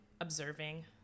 observing